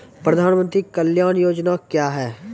प्रधानमंत्री कल्याण योजना क्या हैं?